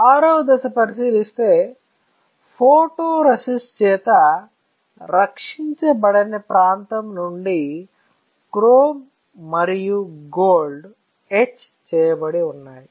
VI వ దశ పరిశీలిస్తే ఫోటోరేసిస్ట్ చేత రక్షించబడని ప్రాంతం నుండి క్రోమ్ మరియు గోల్డ్ ఎచ్ చేయబడి ఉన్నాయి